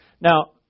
Now